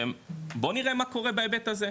בוא נראה מה קורה בהיבט הזה,